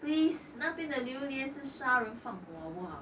please 那边的榴莲是杀人放火好不好